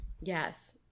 Yes